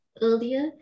Earlier